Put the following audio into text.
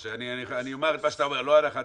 אני אומר את מה שאתה אומר, לא תהיה הנחה,